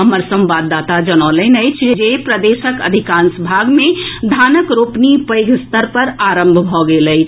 हमार संवाददाता जनौलनि अछि जे प्रदेशक अधिकांश भाग मे धानक रोपनी पैघ स्तर पर आरंभ भऽ गेल अछि